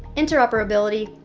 interoperability,